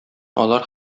алар